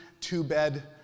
two-bed